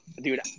dude